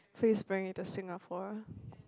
so you just bring it to Singapore